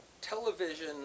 television